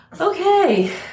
Okay